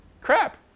crap